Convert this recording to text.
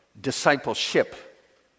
discipleship